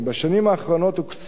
בשנים האחרונות הוקצו